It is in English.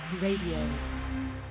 Radio